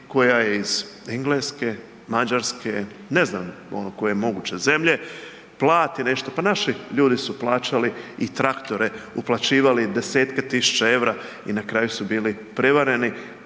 koja je iz Engleske, Mađarske, ne znam koje moguće zemlje plati nešto. Pa naši ljudi su plaćali i traktore, uplaćivali desetke tisuća eura i na kraju su bili prevareni